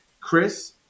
Chris